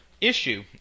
issue